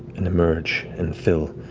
and emerge and fill.